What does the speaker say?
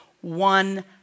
one